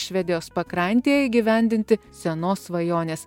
švedijos pakrantėj įgyvendinti senos svajonės